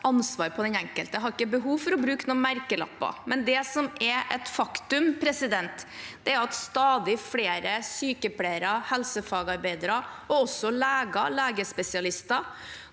ansvar på den enkelte, ikke har behov for å bruke noen merkelapper. Det som er et faktum, er at stadig flere sykepleiere, helsefagarbeidere og også leger og legespesialister